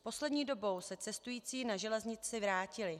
Poslední dobou se cestující na železnici vrátili.